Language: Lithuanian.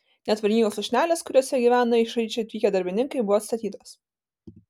net vargingos lūšnelės kuriose gyveno iš haičio atvykę darbininkai buvo atstatytos